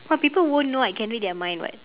but people won't know I can read their mind [what]